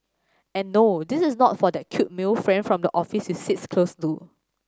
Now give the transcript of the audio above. and no this is not for that cute male friend from the office you sits close to